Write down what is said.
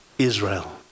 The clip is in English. Israel